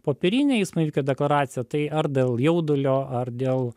popierinė eismo įvykio deklaracija tai ar dėl jaudulio ar dėl